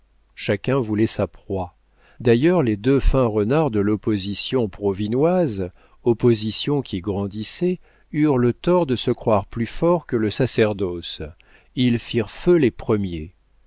chacun voulait sa proie d'ailleurs les deux fins renards de l'opposition provinoise opposition qui grandissait eurent le tort de se croire plus forts que le sacerdoce ils firent feu les premiers